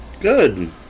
Good